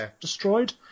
destroyed